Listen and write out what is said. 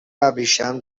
ابریشم